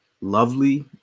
lovely